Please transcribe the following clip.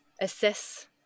assess